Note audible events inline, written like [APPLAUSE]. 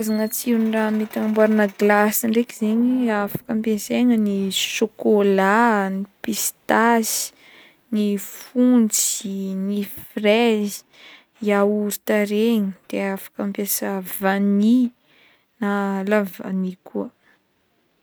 Karazagna tsiro-ndraha mety anamboaragna glasy ndraiky zegny afaka ampiaisigna ny sokola, ny pistasy, ny fontsy, ny frezy, yaourt, regny de afaka mampiasa vany, [HESITATION] la vanille koa.